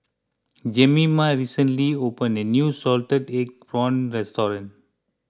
Jemima recently opened a new Salted Egg Prawns Restaurant